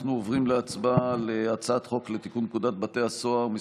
אנחנו עוברים להצבעה על הצעת חוק לתיקון פקודת בתי הסוהר (מס'